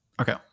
okay